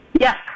yes